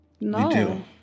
No